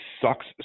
sucks